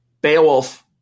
Beowulf